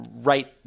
right